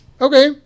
Okay